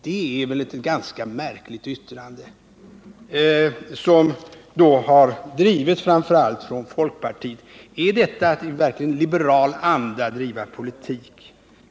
Det är väl ett ganska märkligt yttrande, som då framför allt har drivits från folkpartiet. Är detta verkligen att driva politik i liberal anda?